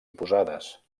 oposades